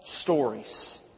stories